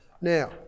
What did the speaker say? Now